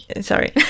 Sorry